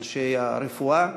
אנשי הרפואה.